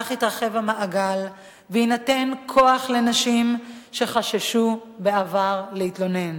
כך יתרחב המעגל ויינתן כוח לנשים שחששו בעבר להתלונן.